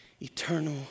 eternal